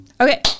Okay